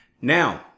Now